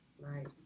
Right